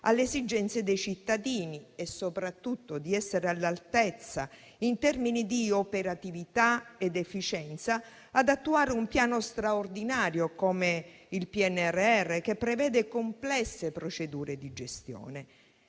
alle esigenze dei cittadini e, soprattutto, di essere all'altezza, in termini di operatività ed efficienza, nell'attuare un piano straordinario come il PNRR, che prevede complesse procedure di gestione.